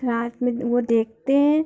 रात में वह देखते हैं